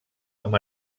amb